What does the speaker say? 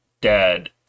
dad